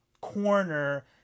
corner